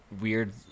weird